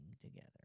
together